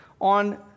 on